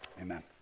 Amen